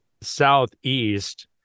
southeast